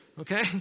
okay